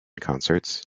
concerts